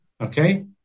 okay